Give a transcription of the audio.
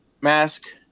mask